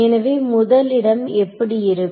எனவே முதல் இடம் இப்படி இருக்கும்